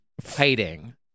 Fighting